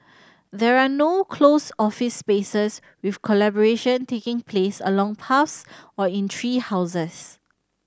there are no closed office spaces with collaboration taking place along paths or in tree houses